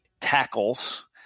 tackles